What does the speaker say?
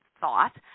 thought